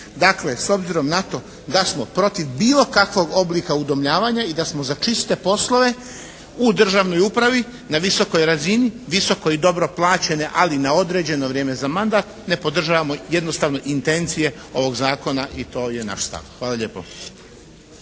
Dakle, s obzirom na to da smo protiv bilo kakvog oblika udomljavanja i da smo za čiste poslove u državnoj upravi na visokoj razini, visoko i dobro plaćene ali na određeno vrijeme za mandat ne podržavamo jednostavno intencije ovog zakona i to je naš stav. Hvala lijepo.